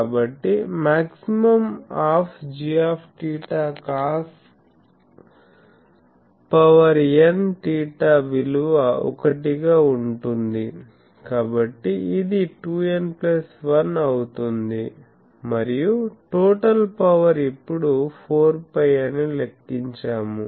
కాబట్టి maximum of gθ cosnθ విలువ 1 గా ఉంటుంది కాబట్టి ఇది 2n1 అవుతుంది మరియు టోటల్ పవర్ ఇప్పుడు 4π అని లెక్కించాము